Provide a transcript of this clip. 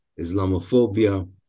Islamophobia